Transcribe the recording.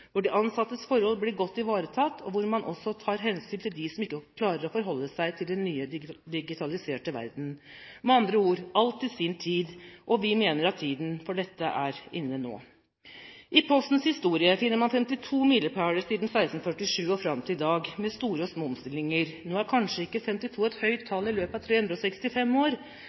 hvor de ansattes forhold blir godt ivaretatt, og hvor man også tar hensyn til dem som ikke klarer å forholde seg til den nye, digitaliserte verden – med andre ord: alt til sin tid. Vi mener at tiden er inne for dette nå. I Postens historie finner man 52 milepæler siden 1647 og fram til i dag, med store og små omstillinger. Nå er kanskje ikke 52 et stort tall i løpet av 365 år,